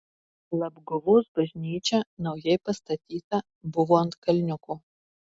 labguvos bažnyčia naujai pastatyta buvo ant kalniuko